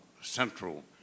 central